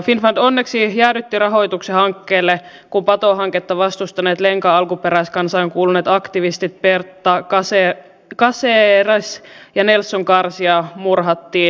finnfund onneksi jäädytti rahoituksen hankkeelle kun patohanketta vastustaneet lenca alkuperäiskansaan kuuluneet aktivistit berta caceres ja nelson garcia murhattiin